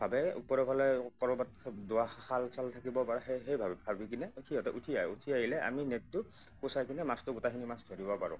ভাবে ওপৰৰ ফালে কৰবাত দুৱা খাল চাল থাকিব পাৰে সেই সেই ভাবি কিনে সিহঁতে উঠি আহে উঠি আহিলে আমি নেটটো কুচাই কিনে মাছটো গোটেইখিনি মাছ ধৰিব পাৰোঁ